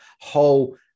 whole